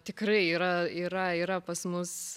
tikrai yra yra yra pas mus